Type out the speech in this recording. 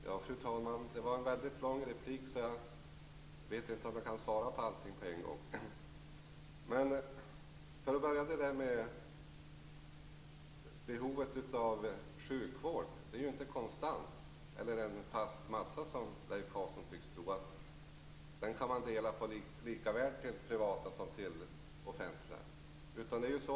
Fru talman! Det var en lång replik, så jag vet inte om jag kan svara på allt på en gång. Behovet av sjukvård är inte konstant. Det är inte en fast massa, som Leif Carlson tycks tro, som kan delas mellan det privata och det offentliga.